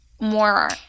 more